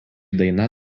daina